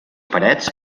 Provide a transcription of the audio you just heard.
parets